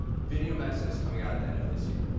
video medicine is coming out at the end of this year.